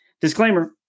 Disclaimer